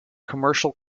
commercial